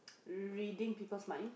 reading people's mind